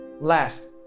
last